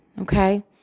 okay